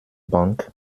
bank